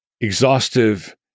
exhaustive